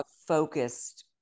focused